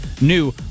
new